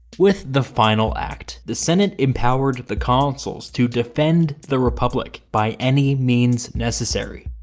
with the final act, the senate empowered the consuls to defend the republic by any means necessary.